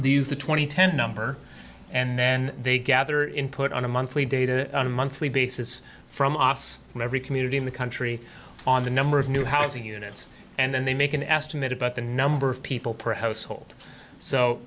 these the twenty ten number and then they gather input on a monthly data monthly basis from us from every community in the country on the number of new housing units and then they make an estimate about the number of people perhaps old so